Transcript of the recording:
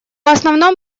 основном